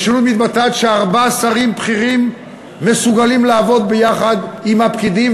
המשילות מתבטאת בזה שארבעה שרים בכירים מסוגלים לעבוד ביחד עם הפקידים,